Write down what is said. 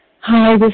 hi